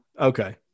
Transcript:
Okay